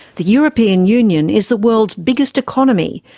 the european union is the world's biggest economy.